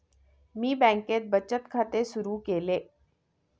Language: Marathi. मी बँकेत बचत खाते सुरु केले